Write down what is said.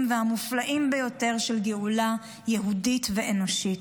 והמופלאים ביותר של גאולה יהודית ואנושית.